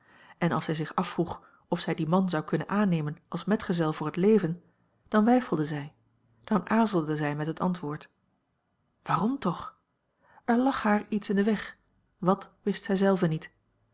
en als zij zich afvroeg of zij dien man zou kunnen aannemen als metgezel voor het leven dan weifelde zij dan aarzelde zij met het antwoord waarom toch er lag haar iets in den weg wat wist zij zelve niet